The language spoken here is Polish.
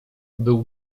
był